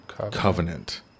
Covenant